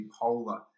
polar